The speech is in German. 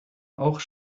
auch